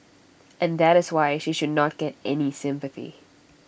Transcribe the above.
and that is why she should not get any sympathy